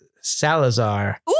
Salazar